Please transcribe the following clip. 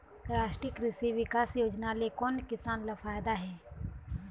रास्टीय कृषि बिकास योजना ले कोन किसान ल फायदा हे?